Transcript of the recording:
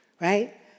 Right